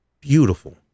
beautiful